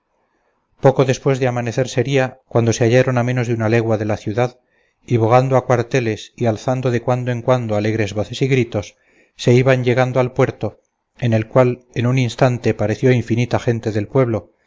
poco después de amanecer sería cuando se hallaron a menos de una legua de la ciudad y bogando a cuarteles y alzando de cuando en cuando alegres voces y gritos se iban llegando al puerto en el cual en un instante pareció infinita gente del pueblo